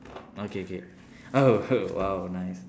okay okay oh !wow! nice